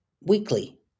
weekly